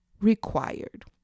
required